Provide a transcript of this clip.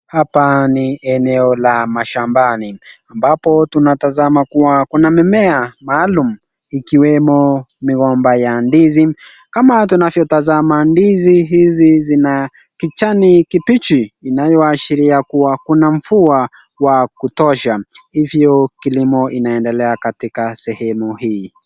Hapa ni eneo la mashambani, ambapo tunatazama kua kuna mimea maalum ikiwemo migomba ya ndizi. Kama tunavyo tazama ndizi hizi zina kijani kibichi inayoashiria kua kuna mvua wa kutosha, hivyo kilimo inaendelea katika sehemu hii.